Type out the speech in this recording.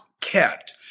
kept